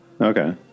Okay